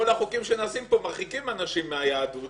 החוקים שנעשים פה מרחיקים אנשים מהיהדות,